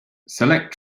select